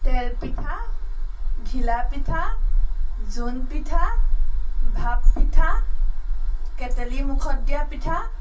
তেলপিঠা ঘিলা পিঠা জোন পিঠা ভাপ পিঠা কেতেলী মুখত দিয়া পিঠা